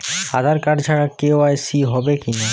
আধার card ছাড়া KYC হবে কিনা?